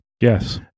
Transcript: Yes